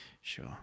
Sure